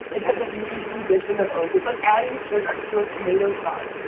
it doesn't need the addition of oak. it's like adding sugar to a tomato sauce